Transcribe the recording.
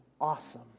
awesome